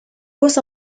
was